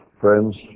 friends